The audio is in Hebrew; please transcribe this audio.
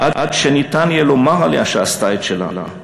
עד שניתן יהיה לומר עליה ש'עשתה את שלה'.